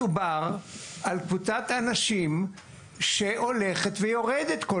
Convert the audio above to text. מדובר על קבוצת אנשים שהולכת ומתמעטת כל